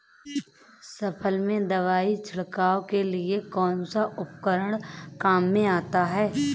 फसल में दवाई छिड़काव के लिए कौनसा उपकरण काम में आता है?